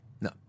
no